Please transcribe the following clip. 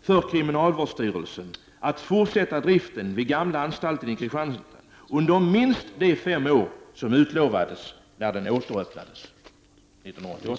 för kriminalvårdsstyrelsen att fortsätta driften vid gamla anstalten i Kristianstad under minst de fem år som utlovades när den återöppnades 1988?